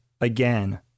again